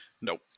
Nope